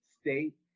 state